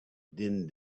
din